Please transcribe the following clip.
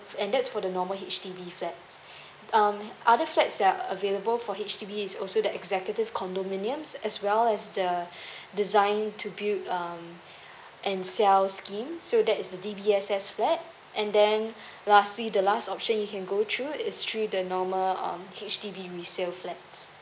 and that's for the normal H_D_B flats um other flats that available for H_D_B is also the executive condominiums as well as the design to build um and sell scheme so that is the D_B_S_S flats and then lastly the last option you can go through is actually the normal um H_D_B resale flat